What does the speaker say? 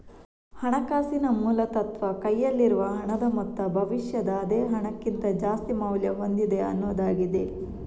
ಹಣಕಾಸಿನ ಮೂಲ ತತ್ವ ಕೈಯಲ್ಲಿರುವ ಹಣದ ಮೊತ್ತ ಭವಿಷ್ಯದ ಅದೇ ಹಣಕ್ಕಿಂತ ಜಾಸ್ತಿ ಮೌಲ್ಯ ಹೊಂದಿದೆ ಅನ್ನುದಾಗಿದೆ